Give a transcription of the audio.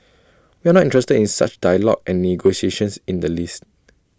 we are not interested in such dialogue and negotiations in the least